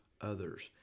others